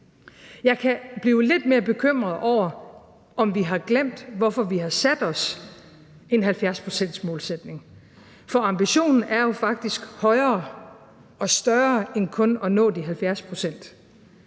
Jeg kan blive lidt mere bekymret for, om vi har glemt, hvorfor vi har sat os en 70-procentsmålsætning, for ambitionen er jo faktisk højere og større end kun at nå de 70 pct.